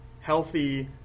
healthy